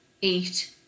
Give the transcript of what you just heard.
eat